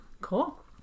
Cool